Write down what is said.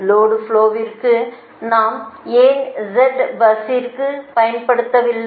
load ஃப்லோவிற்க்கு நாம் ஏன் z பஸ் பயன்படுத்தவில்லை